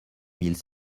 mille